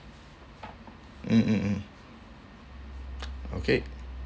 mm mm mm okay